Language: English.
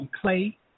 clay